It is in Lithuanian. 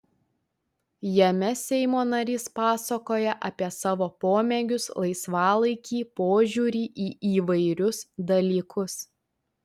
jame seimo narys pasakoja apie savo pomėgius laisvalaikį požiūrį į įvairius dalykus